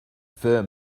fur